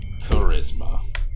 charisma